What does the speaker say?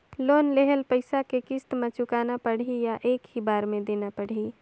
Loan लेहल पइसा के किस्त म चुकाना पढ़ही या एक ही बार देना पढ़ही?